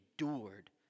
endured